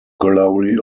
glory